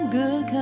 good